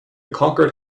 conquered